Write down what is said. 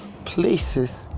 places